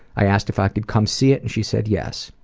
i asked if i could come see it and she said yes.